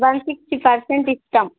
one sixty percent ఇస్తాం